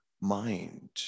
mind